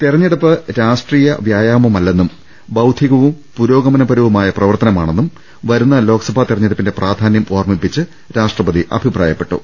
തെരഞ്ഞെടുപ്പ് രാഷ്ട്രീയ വ്യായാമമല്ലെന്നും ബൌദ്ധികവും പുരോഗമനപരവുമായ പ്രവർത്തനമാണെന്നും വരുന്ന ലോക്സഭാ തെരഞ്ഞെടുപ്പിന്റെ പ്രാധാന്യം ഓർമ്മിപ്പിച്ച് രാഷ്ട്രപതി അഭി പ്രായപ്പെട്ടു